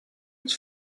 its